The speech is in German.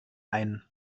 ein